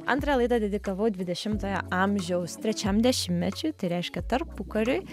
antrą laidą dedikavau dvidešimtojo amžiaus trečiam dešimtmečiui tai reiškia tarpukariui